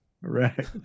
right